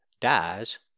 dies